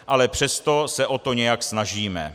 Ale přesto se o to nějak snažíme.